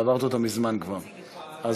ועברת אותה כבר מזמן,